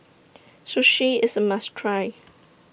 Sushi IS A must Try